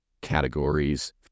categories